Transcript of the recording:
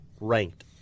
ranked